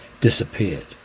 disappeared